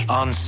on